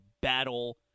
battle